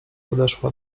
podeszła